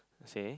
say